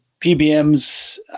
PBMs